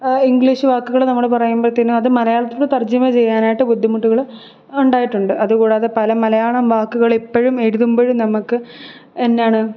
English വാക്കുകൾ നമ്മൾ പറയുമ്പോഴത്തേക്കും അത് മലയാളത്തിൽ തർജമ ചെയ്യാനായിട്ട് ബുദ്ധിമുട്ടുകൾ ഉണ്ടായിട്ടുമ്മണ്ട് അതുകൂടാതെ പല മലയാളം വാക്കുകൾ എപ്പോഴും എഴുതുമ്പോഴും നമ്മൾക്ക് എന്നാണ്